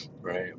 right